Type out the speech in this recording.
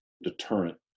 deterrent